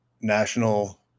national –